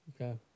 Okay